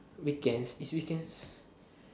weekends is weekends